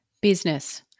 Business